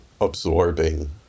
absorbing